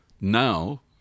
now